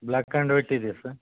black and white ಇದ್ಯಾ sir